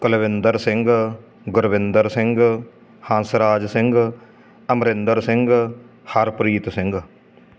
Kulwinder Singh Gurwinder Singh Hansraj Singh Amarinder Singh Harpreet Singh